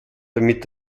damit